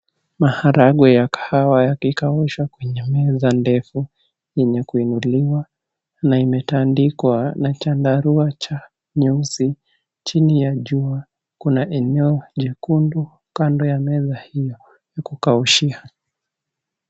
Maharagwe ya kahawa ya kikaosha kwenye meza ndefu yenye kuinuliwa na imetandikwa na chandarua cha nyeusi chini ya jua kuna eneo jekundu kando ya meza hiyo ya kukaushia.